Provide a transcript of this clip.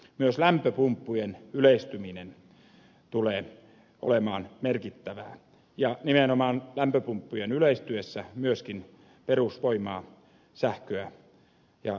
myös lämpöpumppujen yleistyminen tulee olemaan merkittävää ja nimenomaan lämpöpumppujen yleistyessä myöskin perusvoimaa sähköä ja ydinvoimasähköä tarvitaan